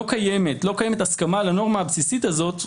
לא קיימת, לא קיימת הסכמה על הנורמה הבסיסית הזאת,